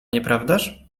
nieprawdaż